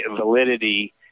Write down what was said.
validity